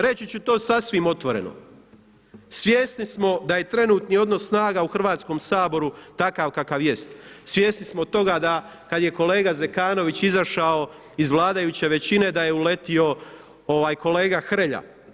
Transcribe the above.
Reći ću to sasvim otvoreno, svjesni smo da je trenutni odnos snaga u Hrvatskom saboru takav kakav jest, svjesni smo toga da kad je kolega Zekanović izašao iz vladajuće većine da je uletio kolega Hrelja.